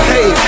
Hey